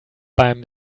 beim